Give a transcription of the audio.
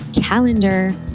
calendar